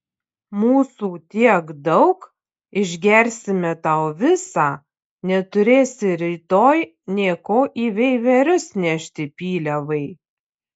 mūsų tiek daug išgersime tau visą neturėsi rytoj nė ko į veiverius nešti pyliavai